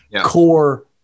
core